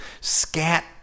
scat